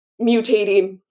mutating